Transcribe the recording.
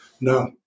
No